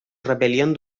rebelión